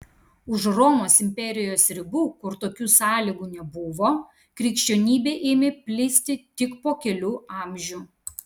už romos imperijos ribų kur tokių sąlygų nebuvo krikščionybė ėmė plisti tik po kelių amžių